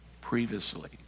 previously